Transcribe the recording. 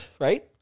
right